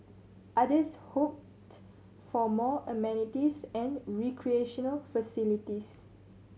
others hoped for more amenities and recreational facilities